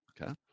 Okay